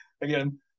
again